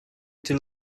till